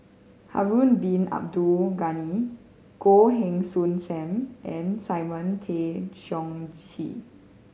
Harun Bin Abdul Ghani Goh Heng Soon Sam and Simon Tay Seong Chee